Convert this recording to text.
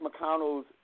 McConnells